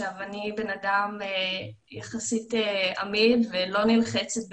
אני אדם יחסית עמיד ולא נלחצת בקלות,